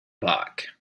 back